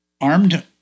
Armed